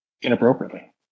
Inappropriately